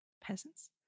Peasants